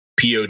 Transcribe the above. pod